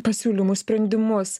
pasiūlymus sprendimus